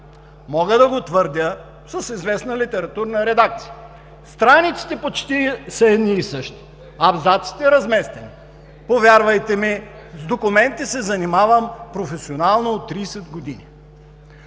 мога да го твърдя, с известна литературна редакция. Страниците са почти едни и същи. Абзаците – разместени. Повярвайте ми, с документи се занимавам професионално от 30 години!